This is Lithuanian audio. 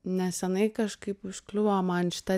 nesenai kažkaip užkliuvo man šita